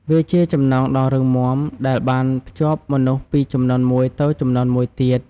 វាជាចំណងដ៏រឹងមាំដែលបានភ្ជាប់មនុស្សពីជំនាន់មួយទៅជំនាន់មួយទៀត។